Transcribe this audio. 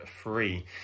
free